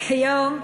כיום,